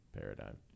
paradigm